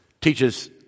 teaches